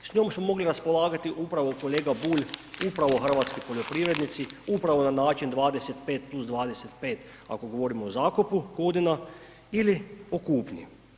S njom su mogli raspolagati upravo kolega Bulj, upravo hrvatski poljoprivrednici, upravo na način 25+25 ako govorimo o zakupu, godina ili o kupnji.